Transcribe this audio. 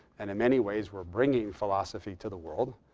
and in many ways we're bringing philosophy to the world,